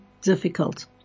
difficult